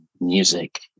music